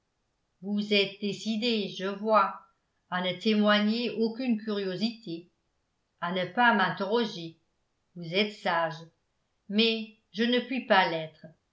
vous êtes décidée je vois à ne témoigner aucune curiosité à ne pas m'interroger vous êtes sage mais je ne puis pas l'être